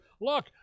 look